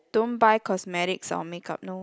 don't buy cosmetics or makeup no